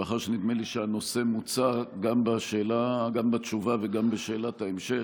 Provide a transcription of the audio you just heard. מאחר שנדמה לי שהנושא מוצה גם בתשובה וגם בשאלת ההמשך,